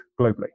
globally